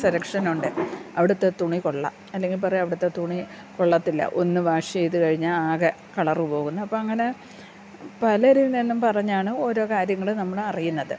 selection ഉണ്ട് അവിടുത്തെ തുണി കൊള്ളാം അല്ലെങ്കിൽ പറയുക അവിടുത്തെ തുണി കൊള്ളത്തില്ല ഒന്നു വാഷ് ചെയ്തു കഴിഞ്ഞാൽ ആകെ കളറ് പോകുന്നു അപ്പം അങ്ങനെ പല രീതിയിലും പറഞ്ഞാണ് ഓരോ കാര്യങ്ങൾ നമ്മൾ അറിയുന്നത്